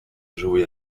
joué